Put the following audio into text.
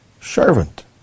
servant